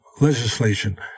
legislation